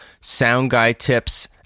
soundguytips